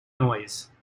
noise